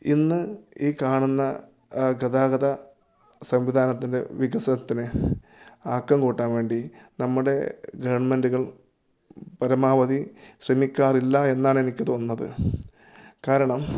ഇന്ന് ഈ കാണുന്ന ഗതാഗത സംവിധാനത്തിൻ്റെ വികസനത്തിന് ആക്കം കൂട്ടാൻ വേണ്ടി നമ്മുടെ ഗവൺമെൻറ്റുകൾ പരമാവധി ശ്രമിക്കാറില്ല എന്നാണെനിക്ക് തോന്നുന്നത് കാരണം